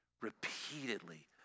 repeatedly